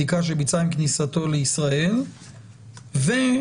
בדיקה שביצע עם כניסתו לישראל והצהיר".